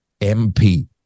MP